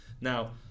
Now